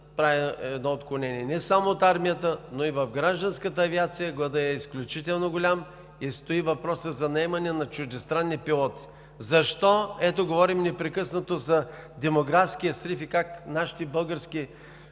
правя едно отклонение – не само от армията, но и в гражданската авиация гладът е изключително голям и стои въпросът за наемане на чуждестранни пилоти. Защо? Ето, говорим непрекъснато за демографския срив и как нашите български